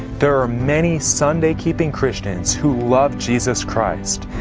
there are many sunday keeping christians who love jesus christ.